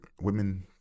women